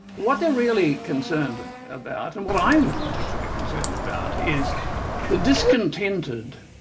what they're really concerned about, and what i'm particularly concerned about is the discontented,